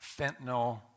fentanyl